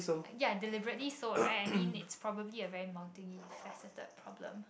ya deliberately sold right I mean it's probably a very multi faceted problem